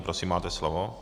Prosím, máte slovo.